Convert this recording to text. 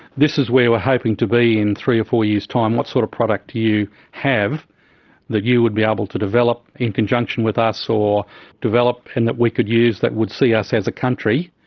this is where we're hoping to be in three or four years time what sort of product do you have that you would be able to develop in conjunction with us, or develop, and that we could use that would see us as a country,